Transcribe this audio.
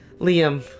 Liam